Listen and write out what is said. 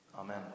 Amen